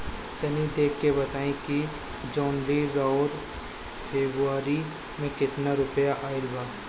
तनी देख के बताई कि जौनरी आउर फेबुयारी में कातना रुपिया आएल बा?